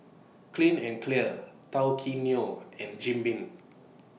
Clean and Clear Tao Kae Noi and Jim Beam